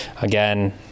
again